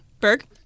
Berg